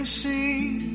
seen